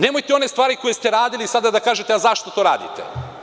Nemojte one stvari koje ste radili sada da kažete – a zašto to radite?